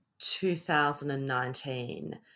2019